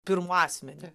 pirmu asmeniu